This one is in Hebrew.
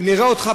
נראה אותך,